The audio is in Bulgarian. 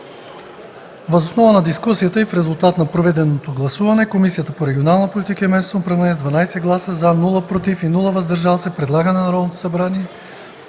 Въз основа на дискусията и в резултат на проведеното гласуване, Комисията по регионална политика и местно самоуправление с 12 гласа „за”, без „против” и „въздържали се” предлага на Народното събрание